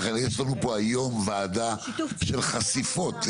יש לנו פה היום ועדה של חשיפות.